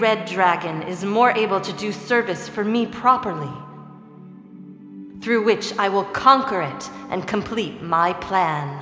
red dragon is more able to do service for me properly through which i will conquer it and complete my plan